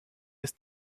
ist